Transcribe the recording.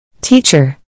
Teacher